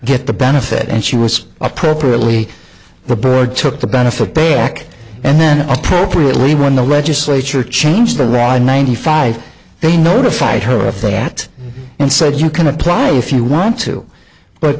get the benefit and she was appropriately the bird took the benefit they ask and then appropriately when the legislature changed the rod ninety five they notified her if they act and said you can apply if you want to but